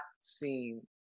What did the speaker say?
seen